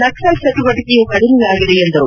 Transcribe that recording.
ನಕ್ಲಲ್ ಚಟುವಟಿಕೆಯೂ ಕಡಿಮೆಯಾಗಿದೆ ಎಂದರು